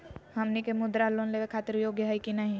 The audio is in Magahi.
हमनी के मुद्रा लोन लेवे खातीर योग्य हई की नही?